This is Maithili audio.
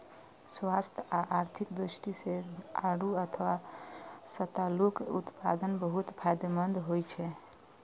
स्वास्थ्य आ आर्थिक दृष्टि सं आड़ू अथवा सतालूक उत्पादन बहुत फायदेमंद होइ छै